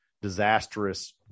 disastrous